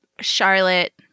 Charlotte